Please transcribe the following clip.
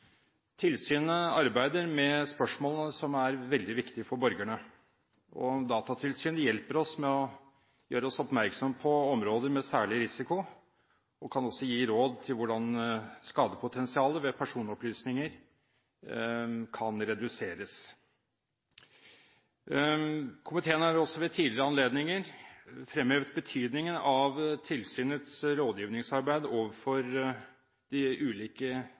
Tilsynet arbeider med spørsmål som er veldig viktige for borgerne. Datatilsynet hjelper oss ved å gjøre oss oppmerksomme på områder med særlig risiko, og kan også gi råd om hvordan skadepotensialet ved personopplysninger kan reduseres. Komiteen har også ved tidligere anledninger fremhevet betydningen av tilsynets rådgivningsarbeid overfor de ulike